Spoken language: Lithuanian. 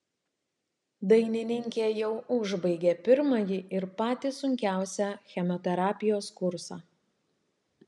dainininkė jau užbaigė pirmąjį ir patį sunkiausią chemoterapijos kursą